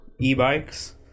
e-bikes